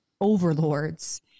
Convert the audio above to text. overlords